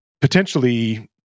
potentially